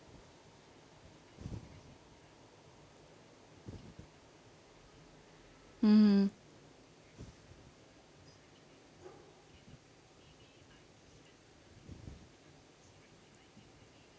mmhmm